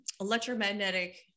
electromagnetic